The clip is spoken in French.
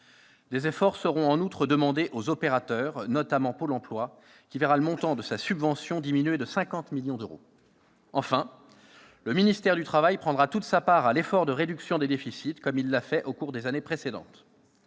Des efforts seront, en outre, demandés aux opérateurs, notamment Pôle emploi, qui verra le montant de sa subvention diminuer de 50 millions d'euros. Enfin, le ministère du travail prendra toute sa part de l'effort de réduction des déficits, comme il l'a fait au cours des années précédentes.